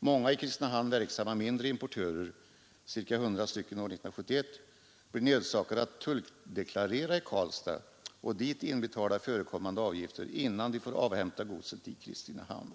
Många i Kristinehamn verksamma mindre importörer — ca 100 stycken år 1971 — blir nödsakade att tulldeklarera i Karlstad och dit inbetala förekommande avgifter innan de får avhämta godset i Kristinehamn.